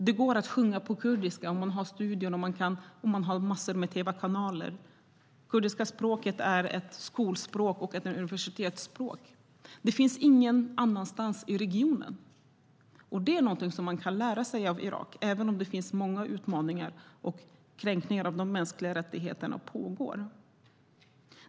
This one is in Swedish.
Det går att sjunga på kurdiska, det finns studior och massor med tv-kanaler. Kurdiska språket är ett skolspråk och ett universitetsspråk. Detta finns ingen annanstans i regionen. Här kan man lära sig av Irak, även om det fortfarande finns många utmaningar och kränkningar av de mänskliga rättigheterna pågår.